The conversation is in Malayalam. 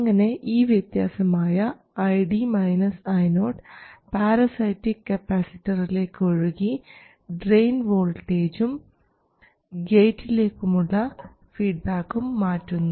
അങ്ങനെ ഈ വ്യത്യാസമായ പാരസൈറ്റിക് കപ്പാസിറ്ററിലേക്ക് ഒഴുകി ഡ്രയിൻ വോൾട്ടേജും ഗേറ്റിലേക്കുള്ള ഫീഡ്ബാക്കും മാറ്റുന്നു